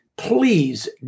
Please